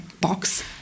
box